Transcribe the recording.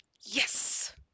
Yes